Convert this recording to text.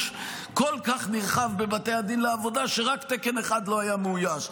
כל כך נרחב בבתי הדין לעבודה שרק תקן אחד לא היה מאויש.